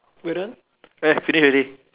we're done eh finish already